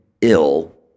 ill